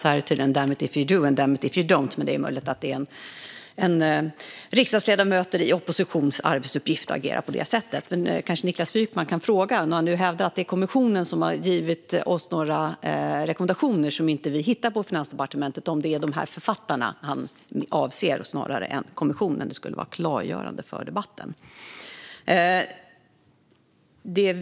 Här gäller tydligen damned if you do, damned if you don't, men det är möjligt att det är en arbetsuppgift för riksdagsledamöter i opposition att agera på det sättet. Om Niklas Wykman nu hävdar att det är kommissionen som har givit oss några rekommendationer som vi på Finansdepartementet inte kan hitta kanske han kan fråga om det är rapportens författare han avser snarare än kommissionen. Detta skulle vara klargörande för debatten.